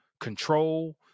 control